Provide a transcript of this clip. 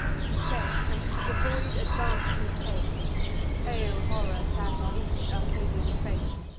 he said, and to the void advanc'd his pace pale horror sate on each arcadian face.